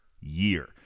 year